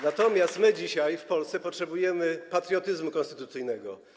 Natomiast my dzisiaj w Polsce potrzebujemy patriotyzmu konstytucyjnego.